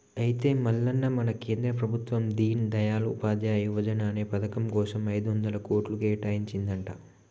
అయితే మల్లన్న మన కేంద్ర ప్రభుత్వం దీన్ దయాల్ ఉపాధ్యాయ యువజన అనే పథకం కోసం ఐదొందల కోట్లు కేటాయించిందంట